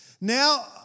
Now